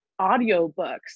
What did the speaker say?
audiobooks